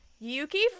Yuki